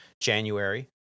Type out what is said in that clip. January